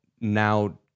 now